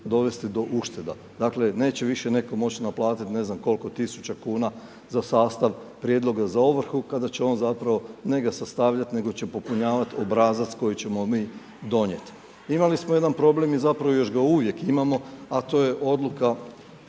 dovesti do ušteda. Dakle, neće više netko moći naplatit ne znam koliko tisuća kuna za sastav prijedloga za ovrhu kada će on zapravo ne ga sastavljat, nego će popunjavat obrazac koji ćemo mi donijeti. Imali smo jedan problem i zapravo još ga uvijek imamo, a to je Odluka